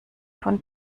von